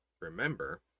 remember